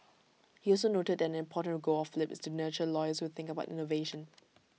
he also noted that an important goal of flip is to nurture lawyers who think about innovation